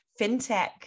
fintech